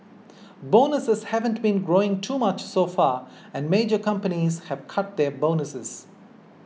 bonuses haven't been growing too much so far and major companies have cut their bonuses